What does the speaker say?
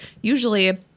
usually